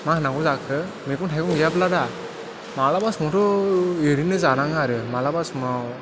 मा होनांगौ जाखो मैगं थाइगं गैयाब्ला दा माब्लाबा समावथ' ओरैनो जानाङो आरो माब्लाबा समाव